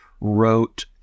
wrote